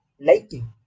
liking